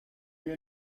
you